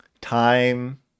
Time